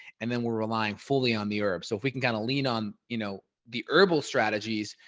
and then we're relying fully on the herbs. so if we can kind of lean on, you know, the herbal strategies,